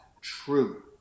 true